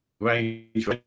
range